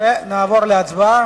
ונעבור להצבעה.